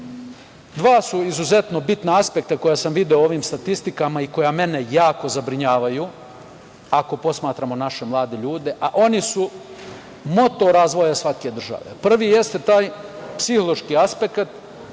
su izuzetno bitna aspekta koja sam video u ovim statistikama i koja mene jako zabrinjavaju, ako posmatramo naše mlade ljude, a oni su motor razvoja svake države. Prvi jeste taj psihološki aspekat,